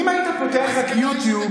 אם היית פותח את יוטיוב,